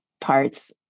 parts